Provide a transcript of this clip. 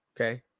okay